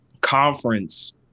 Conference